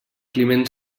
climent